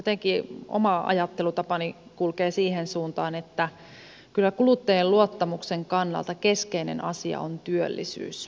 jotenkin oma ajattelutapani kulkee siihen suuntaan että kyllä kuluttajien luottamuksen kannalta keskeinen asia on työllisyys